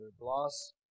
Bloss